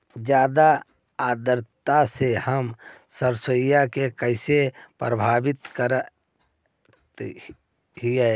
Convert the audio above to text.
जादा आद्रता में हमर सरसोईय के कैसे प्रभावित करतई?